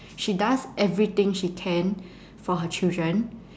she does everything she can for her children